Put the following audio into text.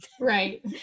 Right